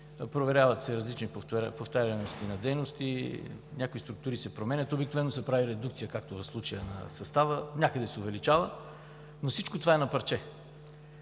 проверяват се различни повтаряемости на дейности, някои структури се променят, обикновено се прави редукция, както в случая, на състава – някъде се увеличава, но всичко това е на парче.